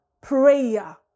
prayer